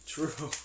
True